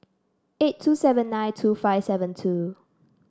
eight two seven nine two five seven two